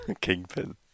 Kingpin